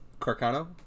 Carcano